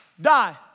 die